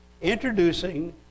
introducing